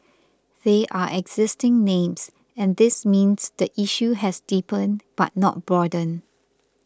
they are existing names and this means the issue has deepened but not broadened